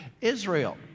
Israel